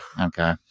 Okay